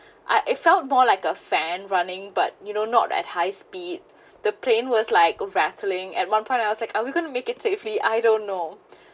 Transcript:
ah it felt more like a fan running but you know not at high speed the plane was like rattling at one point I was like are we going to make it safely I don't know